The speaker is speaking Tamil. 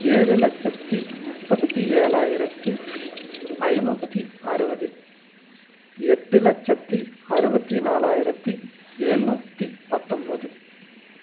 ஏழு லட்சத்தி முப்பத்தி ஏழாயிரத்தி ஐநூற்றி அறுபது எட்டு லட்சத்தி அறுபத்தி நாலாயிரத்தி எழ்நூத்தி பத்தொம்பது